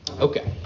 Okay